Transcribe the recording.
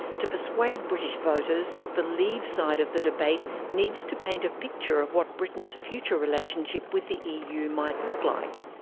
to persuade british voters, the leave side of the debate needs to paint a picture of what britain's future relationship with the eu might look like.